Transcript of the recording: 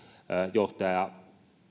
johtaja